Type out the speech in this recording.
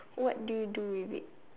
what do you do with it